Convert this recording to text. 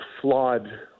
flawed